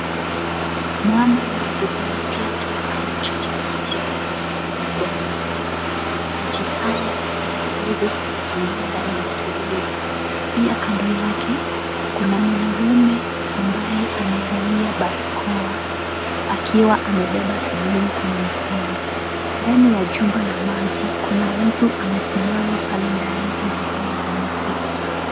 Mama na vibuyu vyake anachota maji kutoka kwenye bomba. Maji haya yanatiririka yakiingia ndani ya kibuyu. Pia kando yake kuna mwanaume ambaye amevalia barakoa, akiwa amebeba kibuyu kwenye mkono. Ndani ya jumba la maji, kuna mtu amesimama pale ndani na nguo nyeupe.